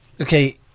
okay